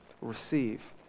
receive